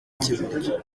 cy’iburyo